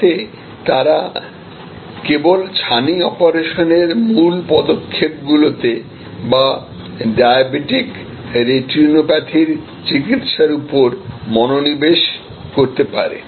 যাতে তারা কেবল ছানি অপারেশনের মূল পদক্ষেপগুলিতে বা ডায়াবেটিক রেটিনোপ্যাথির চিকিত্সার উপর মনোনিবেশ করতে পারে